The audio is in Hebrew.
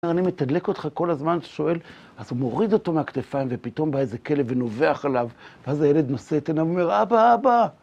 אני מתדלק אותך כל הזמן, אתה שואל, אז הוא מוריד אותו מהכתפיים, ופתאום בא איזה כלב ונובח עליו, ואז הילד נושא את עיניו ואומר, אבא, אבא!